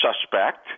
suspect